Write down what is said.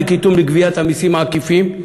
לקיטון בגביית המסים העקיפים,